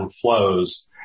flows